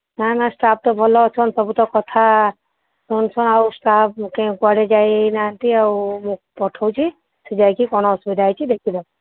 ନାଁ ନାଁ ଷ୍ଟାଫ୍ ତ ଭଲ ଅଛନ୍ତି ସବୁ ତ କଥା ଶୁଣୁଛନ୍ତି ଆଉ ଷ୍ଟାଫ୍ କୁଆଡ଼େ ଯାଇ ନାହାନ୍ତି ଆଉ ପଠଉଛି ସେ ଯାଇକି କ'ଣ ଅସୁବିଧା ହୋଇଛି ଦେଖିବେ